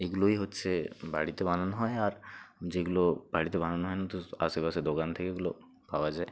এগুলোই হচ্ছে বাড়িতে বানানো হয় আর যেগুলো বাড়িতে বানানো হয় না তো স্ আশেপাশে দোকান থেকে ওগুলো পাওয়া যায়